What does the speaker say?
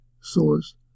source